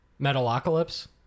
Metalocalypse